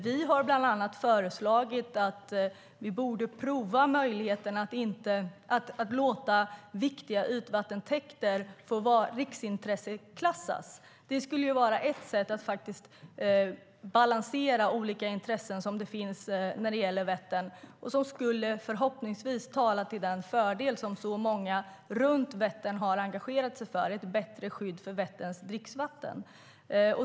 Vi har bland annat föreslagit att vi borde pröva möjligheten att riksintresseklassa viktiga ytvattentäkter. Det skulle vara ett sätt att balansera olika intressen när det gäller Vättern, och det skulle förhoppningsvis vara till fördel för det som många runt Vättern har engagerat sig för: ett bättre skydd för Vätterns dricksvatten.